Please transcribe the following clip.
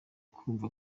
kumva